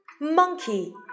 monkey